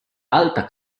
alta